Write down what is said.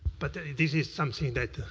but this is something that,